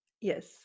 Yes